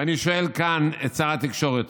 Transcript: ואני שואל כאן את שר התקשורת: